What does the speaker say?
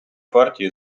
партії